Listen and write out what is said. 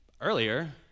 earlier